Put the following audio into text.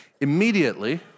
Immediately